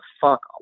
fuck